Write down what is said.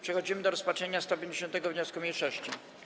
Przechodzimy do rozpatrzenia 150. wniosku mniejszości.